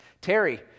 Terry